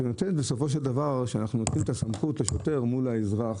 בסופו של דבר אנחנו נותנים את הסמכות לשוטר מול האזרח,